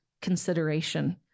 consideration